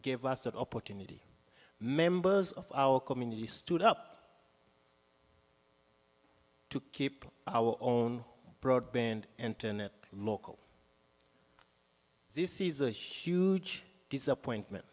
gave us an opportunity members of our community stood up to keep our own broadband internet morkel this is a huge disappointment